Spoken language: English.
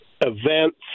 events